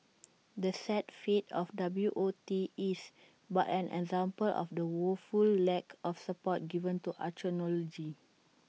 the sad fate of W O T is but an example of the woeful lack of support given to archaeology